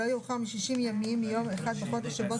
לא יאוחר מ-60 ימים מיום 1 בחודש שבו